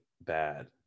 bad